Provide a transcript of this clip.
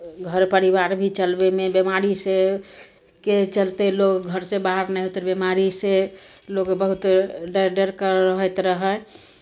घर परिवार भी चलबैमे बिमारीसँ के चलते लोक घरसँ बाहर नहि होइत रहै बिमारीसँ लोक बहुत डरि डरि कऽ रहैत रहय